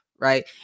right